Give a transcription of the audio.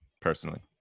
personally